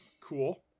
cool